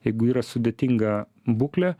jeigu yra sudėtinga būklė